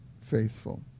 faithful